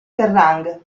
kerrang